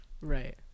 Right